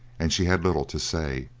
and she had little to say.